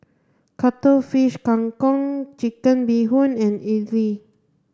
cuttlefish Kang Kong chicken bee hoon and idly